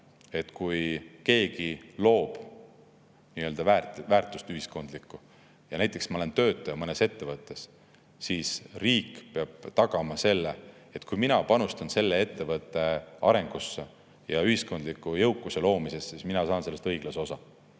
kui keegi loob ühiskondlikku väärtust, näiteks, kui ma olen töötaja mõnes ettevõttes, siis riik peab tagama selle, et kui mina panustan selle ettevõtte arengusse ja ühiskondliku jõukuse loomisesse, siis mina saan sellest õiglase osa.